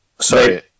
sorry